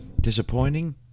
disappointing